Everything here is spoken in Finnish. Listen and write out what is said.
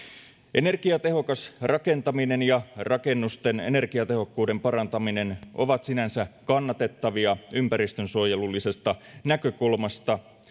energiatehokas rakentaminen ja rakennusten energiatehokkuuden parantaminen ovat sinänsä kannatettavia ympäristönsuojelullisesta näkökulmasta